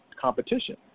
competition